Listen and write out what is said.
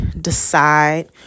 decide